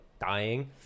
dying